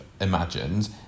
imagined